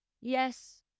yes